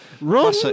Ron